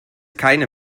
keine